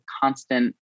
constant